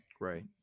Right